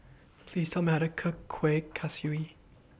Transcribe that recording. Please Tell Me How to Cook Kueh Kaswi